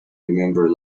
remember